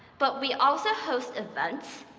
but we also host events,